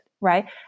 right